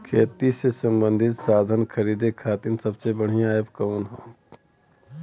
खेती से सबंधित साधन खरीदे खाती सबसे बढ़ियां एप कवन ह?